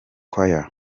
choir